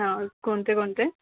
हा कोणते कोणते